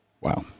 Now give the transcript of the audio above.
Wow